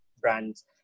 brands